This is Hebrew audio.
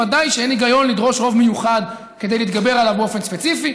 ודאי שאין היגיון לדרוש רוב מיוחד כדי להתגבר עליו באופן ספציפי.